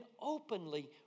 openly